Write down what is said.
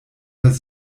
das